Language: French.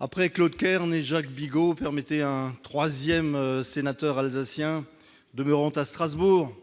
après Claude Kern et Jacques Bigot, permettez à un troisième sénateur alsacien, demeurant à Strasbourg,